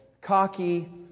cocky